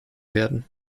werden